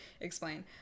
explain